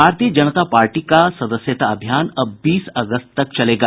भारतीय जनता पार्टी का सदस्यता अभियान अब बीस अगस्त तक चलेगा